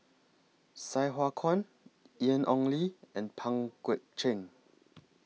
Sai Hua Kuan Ian Ong Li and Pang Guek Cheng